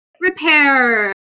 repair